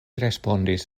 respondis